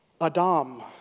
Adam